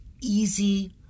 easy